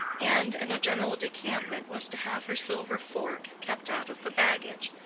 and in a general decampment was to have her silver fork kept out of the baggage.